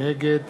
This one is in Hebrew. נגד